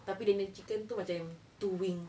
tapi dia punya chicken tu macam yang two wing